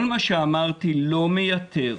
כל מה שאמרתי לא מייתר